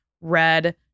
red